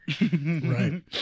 Right